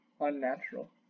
unnatural